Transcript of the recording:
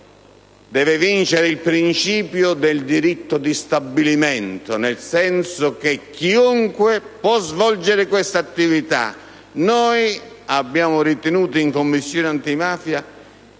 deve vincere il principio del diritto di stabilimento, nel senso che chiunque può svolgere questa attività. In Commissione antimafia